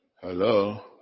Hello